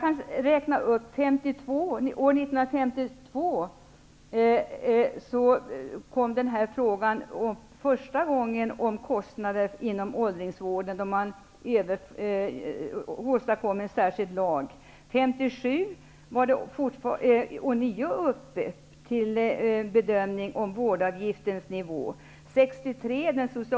År 1952 togs frågan om kostnader inom åldringsvården upp för första gången, och en särskild lag tillkom. År 1957 var frågan om vårdavgiftens nivå ånyo uppe till bedömning.